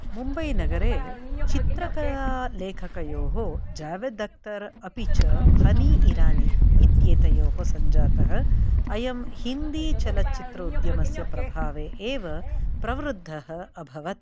मुम्बैनगरे चित्रकला लेखकयोः जावेद् अख्तर् अपि च हनी इरानी इत्येतयोः सञ्जातः अयं हिन्दीचलच्चित्र उद्यमस्य प्रभावे एव प्रवृद्धः अभवत्